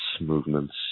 movements